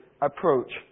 approach